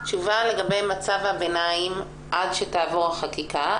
תשובה לגבי מצב הביניים עד שתעבור החקיקה,